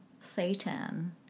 Satan